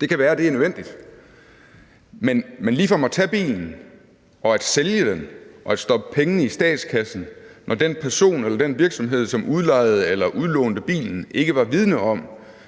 Det kan være, at det er nødvendigt, men ligefrem at tage bilen, sælge den og stoppe pengene i statskassen, når den person eller den virksomhed, som udlejede eller udlånte bilen, ikke var vidende om,